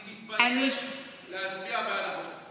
אני מתבייש להצביע בעד החוק הזה.